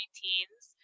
teens